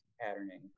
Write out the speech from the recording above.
patterning